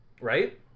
right